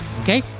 okay